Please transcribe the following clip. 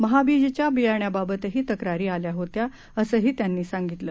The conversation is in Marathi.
महाबीजच्या बियाण्याबाबतही तक्रारी आल्या होत्या असंही त्यांनी सांगितलं